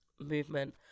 movement